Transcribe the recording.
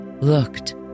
looked